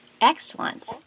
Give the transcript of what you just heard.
Excellent